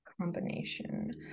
combination